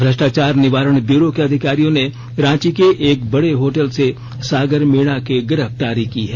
भ्रष्टाचार निवारण ब्यूरो के अधिकारियों ने रांची के एक बड़े होटल से सागर मीणा की गिरफ्तारी की है